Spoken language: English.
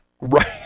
Right